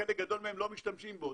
חלק גדול מהם לא משתמשים בהם.